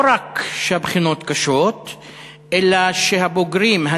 לא רק שהבחינות קשות אלא שהבוגרים,